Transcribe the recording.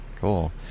cool